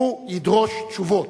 הוא ידרוש תשובות.